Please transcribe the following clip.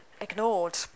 ignored